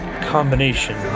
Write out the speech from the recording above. combination